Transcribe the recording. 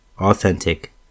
Authentic